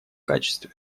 качестве